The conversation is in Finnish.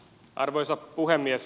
arvoisa puhemies